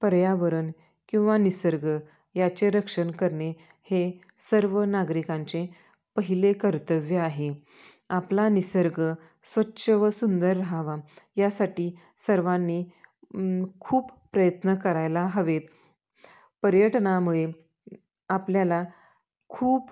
पर्यावरण किंवा निसर्ग याचे रक्षण करणे हे सर्व नागरिकांचे पहिले कर्तव्य आहे आपला निसर्ग स्वच्छ व सुंदर रहावा यासाठी सर्वांनी खूप प्रयत्न करायला हवेत पर्यटनामुळे आपल्याला खूप